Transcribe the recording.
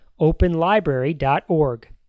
OpenLibrary.org